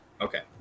Okay